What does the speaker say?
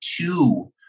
two